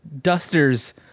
dusters